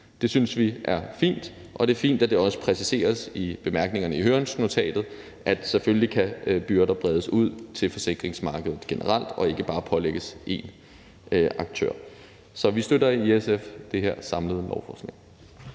Det synes vi er fint, og det er fint, at det også præciseres i bemærkningerne i høringsnotatet, at byrder selvfølgelig kan bredes ud til forsikringsmarkedet generelt og ikke bare pålægges én aktør. Så SF støtter det her samlede lovforslag.